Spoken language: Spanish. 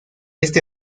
este